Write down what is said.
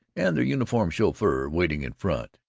and their uniformed chauffeur, waiting in front.